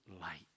light